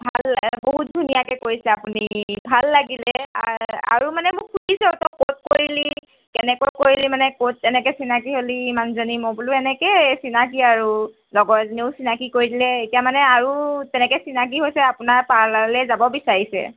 ভাল বহুত ধুনীয়াকৈ কৰিছে আপুনি ভাল লাগিলে আৰ্ আৰু মানে মোক সুধিছেও তই ক'ত কৰিলি কেনেকৈ কৰিলি মানে ক'ত কেনেকৈ চিনাকী হ'লি মানুহজনী মই বোলো এনেকৈয়ে চিনাকি আৰু লগৰ এজনীয়েও চিনাকি কৰি দিলে এতিয়া মানে আৰু তেনেকৈ চিনাকি হৈছে আপোনাৰ পাৰ্লাৰলৈ যাব বিচাৰিছে